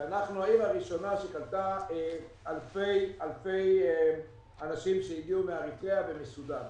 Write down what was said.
אנחנו העיר הראשונה שקלטה אלפי אנשים שהגיעו מאריתריאה וסודן.